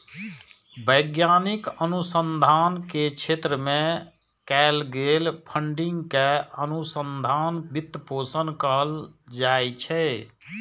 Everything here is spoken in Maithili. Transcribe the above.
वैज्ञानिक अनुसंधान के क्षेत्र मे कैल गेल फंडिंग कें अनुसंधान वित्त पोषण कहल जाइ छै